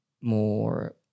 more